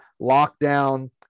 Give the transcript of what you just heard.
lockdown